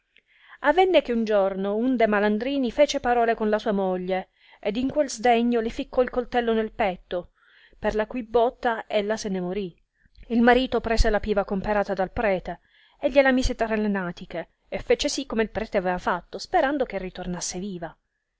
avenne che un giorno un de malandrini fece parole con la sua moglie ed in quel sdegno le ficcò il coltello nel petto per la cui botta ella se ne morì il marito prese la piva comperata dal prete e gliela mise tra le natiche e fece sì come il prete fatto aveva sperando che ritornasse viva